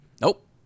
nope